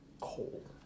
Cold